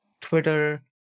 Twitter